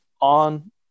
on